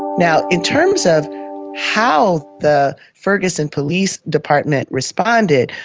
now, in terms of how the ferguson police department responded,